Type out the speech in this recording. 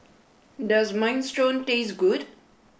does minestrone taste good